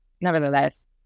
nevertheless